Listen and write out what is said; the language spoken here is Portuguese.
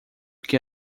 que